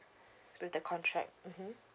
with the contract mmhmm